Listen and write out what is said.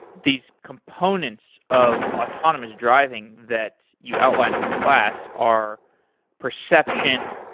these components of autonomous driving that you outlined in the class are perception,